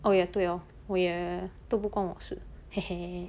oh ya 对哦 oh ya ya ya 都不关我的事嘿嘿